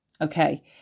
okay